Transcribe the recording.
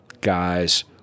guys